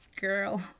Girl